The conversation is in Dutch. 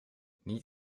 niet